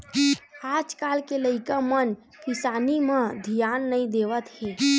आज कल के लइका मन किसानी म धियान नइ देवत हे